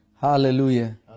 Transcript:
Hallelujah